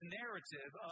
narrative